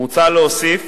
מוצע להוסיף